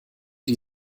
die